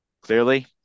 clearly